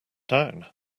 down